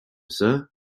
sir